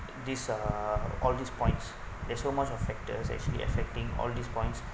this uh all these points there's so much of factors actually affecting all these points